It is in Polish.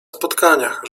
spotkaniach